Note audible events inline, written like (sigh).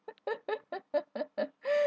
(laughs)